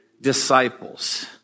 disciples